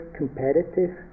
competitive